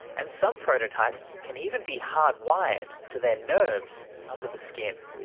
and some prototypes can even be hard-wired to their nerves under the skin.